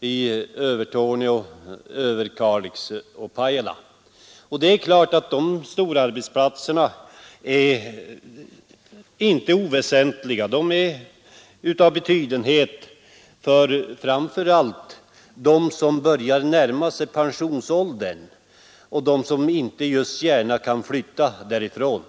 i Övertorneå, Överkalix och Pajala. De storarbetsplatserna är naturligtvis inte oväsentliga — de är av betydelse för framför allt dem som börjar närma sig pensionsåldern och inte gärna kan flytta därifrån.